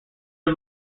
are